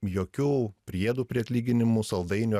jokių priedų prie atlyginimų saldainių